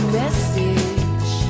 message